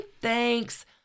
thanks